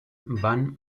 van